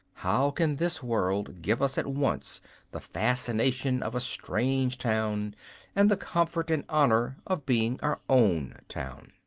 how can this world give us at once the fascination of a strange town and the comfort and honour of being our own town?